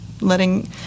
letting